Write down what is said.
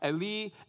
Eli